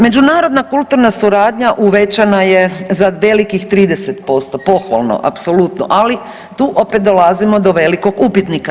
Međunarodna kulturna suradnja uvećana je za velikih 30%, pohvalno apsolutno ali tu opet dolazimo do velikog upitnika.